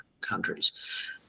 countries